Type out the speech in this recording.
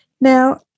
Now